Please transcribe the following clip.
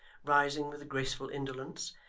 rising with a graceful indolence.